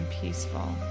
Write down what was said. peaceful